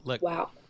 Wow